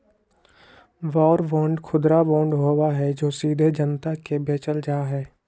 war bond खुदरा bond होबा हई जो सीधे जनता के बेचल जा हई